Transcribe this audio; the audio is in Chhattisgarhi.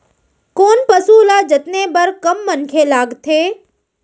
कोन पसु ल जतने बर कम मनखे लागथे?